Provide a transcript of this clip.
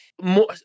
more